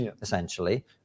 essentially